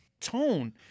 tone